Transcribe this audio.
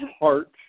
heart